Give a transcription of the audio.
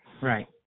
Right